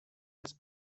les